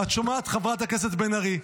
את שומעת, חברת הכנסת בן ארי?